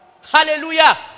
Hallelujah